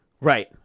Right